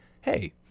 hey